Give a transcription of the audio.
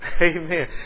Amen